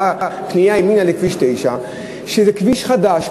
בפנייה ימינה לכביש 9. זה כביש חדש,